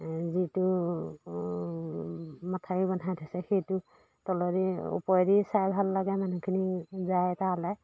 যিটো মাথাউৰি বনাই থৈছে সেইটো তলে দি ওপৰে দি চাই ভাল লাগে মানুহখিনি যায় তালৈ